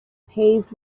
paved